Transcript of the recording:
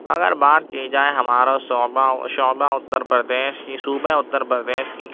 اگر بات کی جائے ہمارا سعبہ شعبہ اتر پردیش کی صوبہ اتر پردیش کی